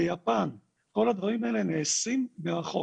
ביפן, כל הדברים האלה נעשים מרחוק.